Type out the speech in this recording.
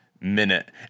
minute